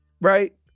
right